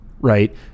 right